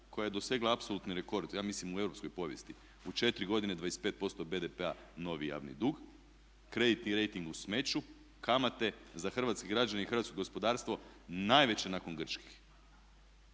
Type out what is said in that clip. koja je dosegla apsolutni rekord ja mislim u europskoj povijesti, u 4 godine 25% BDP-a novi javni dug, kreditni rejting u smeću, kamate za hrvatske građane i hrvatsko gospodarstvo najveće nakon grčkih.